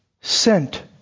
sent